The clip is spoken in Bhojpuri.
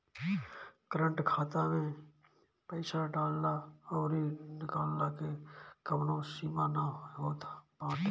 करंट खाता में पईसा डालला अउरी निकलला के कवनो सीमा ना होत बाटे